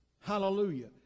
Hallelujah